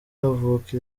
havuka